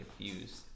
confused